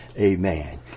Amen